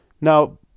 Now